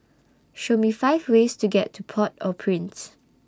Show Me five ways to get to Port Au Prince